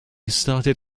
started